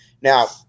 Now